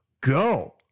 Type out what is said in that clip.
go